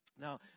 Now